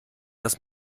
das